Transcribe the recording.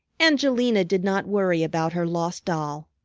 angelina did not worry about her lost doll.